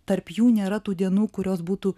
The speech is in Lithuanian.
tarp jų nėra tų dienų kurios būtų